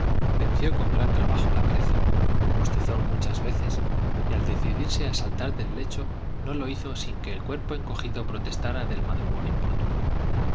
venció con gran trabajo la pereza bostezó muchas veces y al decidirse a saltar del lecho no lo hizo sin que el cuerpo encogido protestara del madrugón importuno el sueño y